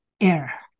air